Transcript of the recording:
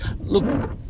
look